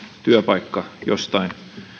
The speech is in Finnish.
työpaikka jostain